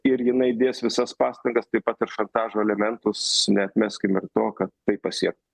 ir jinai dės visas pastangas taip pat ir šantažo elementus neatmeskime ir to kad tai pasiekt